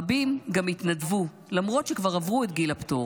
רבים גם התנדבו למרות שכבר עברו את גיל הפטור.